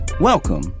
Welcome